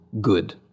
good